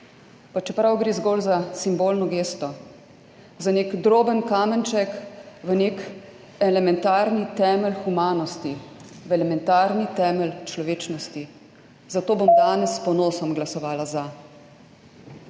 pa čeprav gre zgolj za simbolno gesto. Za nek droben kamenček v neki elementarni temelj humanosti, v elementarni temelj človečnosti. Zato bom danes s ponosom glasovala za.